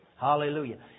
Hallelujah